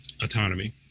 autonomy